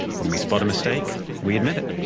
when we spot a mistake, we admit it,